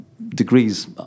Degrees